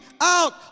out